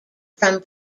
from